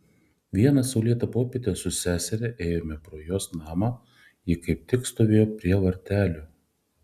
vieną saulėtą popietę su seseria ėjome pro jos namą ji kaip tik stovėjo prie vartelių